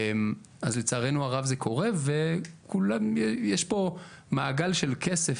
אז לצערנו הרב, זה קורה ויש פה מעגל של כסף,